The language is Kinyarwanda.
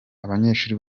abanyeshuri